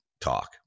talk